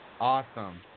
awesome